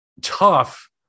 tough